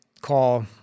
call